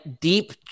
deep